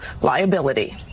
liability